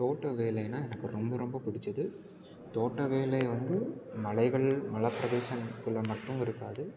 தோட்ட வேலைன்னா எனக்கு ரொம்ப ரொம்ப பிடிச்சது தோட்ட வேலையை வந்து மலைகள் மலை பிரதேசங்களுக்குள்ளே மட்டும் இருக்காது